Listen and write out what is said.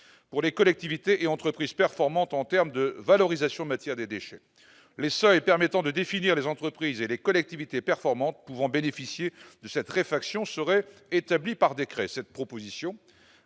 pour les collectivités et entreprises performantes en termes de valorisation matière des déchets, les et permettant de définir les entreprises et les collectivités performant pouvant bénéficier de cette réflexion serait établie par décret cette proposition